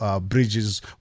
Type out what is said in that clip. bridges